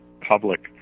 public